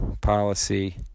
policy